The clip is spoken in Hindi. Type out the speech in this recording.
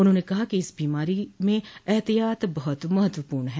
उन्होंने कहा कि इस बीमारी में एहतियात बहुत महत्वपूर्ण है